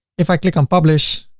if i click on publish